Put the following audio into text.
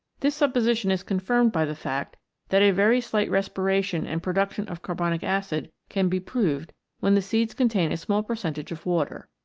this supposition is confirmed by the fact that a very slight respiration and production of carbonic acid can be proved when the seeds contain a small percentage of water.